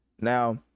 now